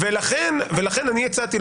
לכן הצעתי,